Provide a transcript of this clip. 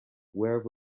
where